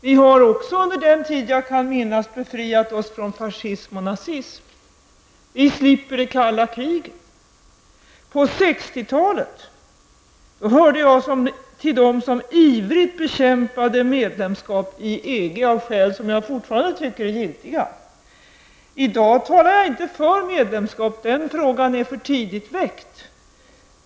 Vi har också under den tid jag kan minnas befriat oss från fascism och nazism. Vi slipper det kalla kriget. På 60-talet hörde jag till dem som ivrigt bekämpade medlemskap i EG av skäl som jag fortfarande tycker är giltiga. I dag talar jag inte för medlemskap. Den frågan är för tidigt väckt.